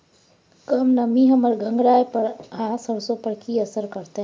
कम नमी हमर गंगराय आ सरसो पर की असर करतै?